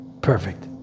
perfect